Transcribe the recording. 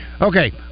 Okay